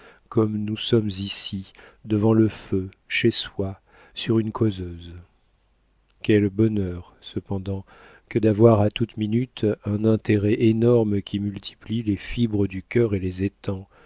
comme nous sommes ici devant le feu chez soi sur une causeuse quel bonheur cependant que d'avoir à toute minute un intérêt énorme qui multiplie les fibres du cœur et les étend